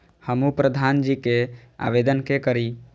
हमू प्रधान जी के आवेदन के करी?